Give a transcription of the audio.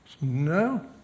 no